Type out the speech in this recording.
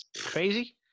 Crazy